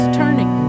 turning